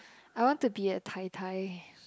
I want to be a tai tai